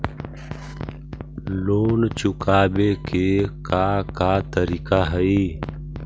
Loan चुकावे के का का तरीका हई?